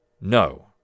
no